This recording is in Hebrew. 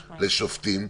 לשופטים,